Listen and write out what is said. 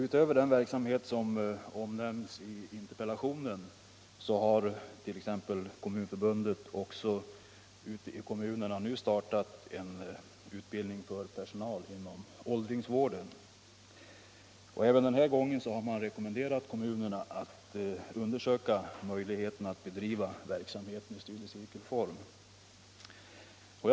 Utöver den verksamhet som nämns i interpellationen har Kommunförbundet även ute i kommunerna nu startat en utbildning för personal inom åldringsvården, och även den här gången har Kommunförbundet rekommenderat kommunerna att undersöka möjligheterna att bedriva den verksamheten i studiecirkelform.